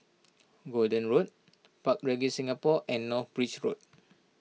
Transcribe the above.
Gordon Road Park Regis Singapore and North Bridge Road